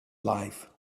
life